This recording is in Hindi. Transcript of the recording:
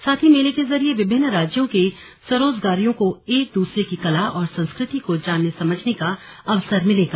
साथ ही मेले के जरिए विभिन्न राज्यों के स्वरोजगारियों को एक दूसरे की कला और संस्कृति को जानने समझने का अवसर मिलेगा